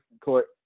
court